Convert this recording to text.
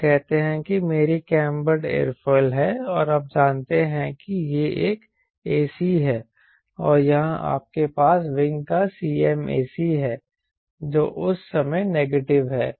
हम कहते हैं यह मेरी कैंबर्ड एयरोफॉयल है और आप जानते हैं कि यह एक ac है और यहां आपके पास विंग का Cmac है जो उस समय नेगेटिव है